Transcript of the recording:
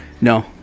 No